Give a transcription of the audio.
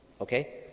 Okay